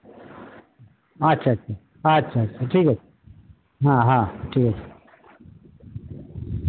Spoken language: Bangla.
আচ্ছা আচ্ছা আচ্ছা আচ্ছা ঠিক আছে হ্যাঁ হ্যাঁ ঠিক আছে